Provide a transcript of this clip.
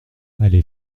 allée